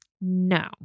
No